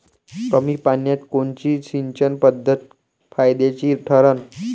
कमी पान्यात कोनची सिंचन पद्धत फायद्याची ठरन?